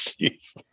Jesus